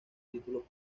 título